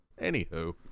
Anywho